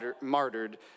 martyred